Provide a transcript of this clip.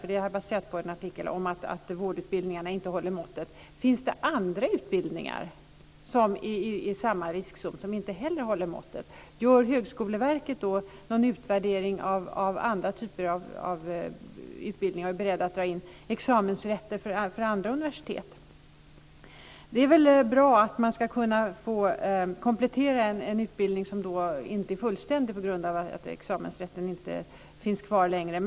Frågan är baserad på en artikel om att vårdutbildningarna inte håller måttet: Finns det andra utbildningar som är i samma riskzon, som inte heller håller måttet? Gör Högskoleverket någon utvärdering av andra typer av utbildningar, och är man beredd att dra in examensrätten för andra universitet? Det är väl bra att man ska kunna få komplettera en utbildning som inte är fullständig på grund av att examensrätten inte finns kvar längre.